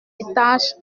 étage